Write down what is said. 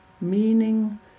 meaning